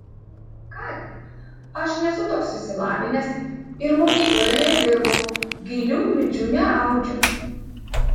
ką gi aš nesu toks išsilavinęs ir mokykloje nedirbau gilių minčių neaudžiu